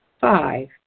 Five